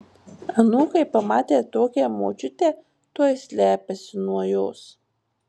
anūkai pamatę tokią močiutę tuoj slepiasi nuo jos